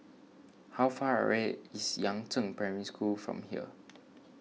how far away is Yangzheng Primary School from here